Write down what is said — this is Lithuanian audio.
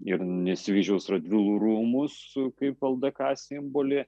ir nesvyžiaus radvilų rūmus kaip ldk simbolį